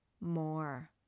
more